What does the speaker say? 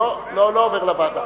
לא, לא עובר לוועדה.